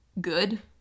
good